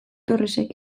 torresek